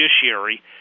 judiciary